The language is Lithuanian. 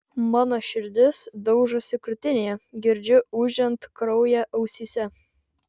mano širdis daužosi krūtinėje girdžiu ūžiant kraują ausyse